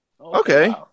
Okay